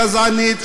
גזענית,